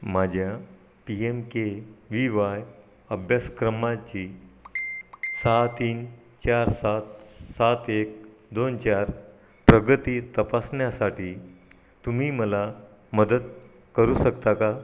माझ्या P M K V Y अभ्यासक्रमांची सहा तीन चार सात सात एक दोन चार प्रगती तपासण्यासाठी तुम्ही मला मदत करू शकता का